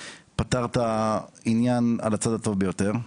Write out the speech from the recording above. פתר את העניין על הצד הטוב ביותר.